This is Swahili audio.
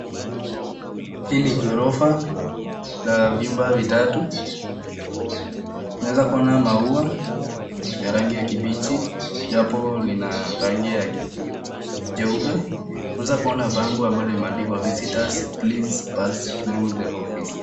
Hii ni gorofa ya vyumba vitatu. Naweza kuona maua ya rangi ya kibichi, japo lina rangi nyeupe, naweza kuona bango ambalo limeandikwa visitors please pass through the office .